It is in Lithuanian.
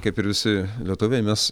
kaip ir visi lietuviai mes